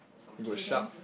okay then